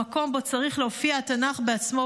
במקום שבו צריך להופיע התנ"ך בעצמו,